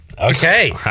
Okay